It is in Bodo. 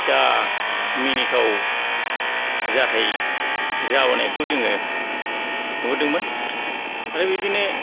जा मिनिथाव जाथाय जाबोनायखौ जोङो नुबोदोंमोन आरो बिब्दिनो